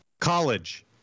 college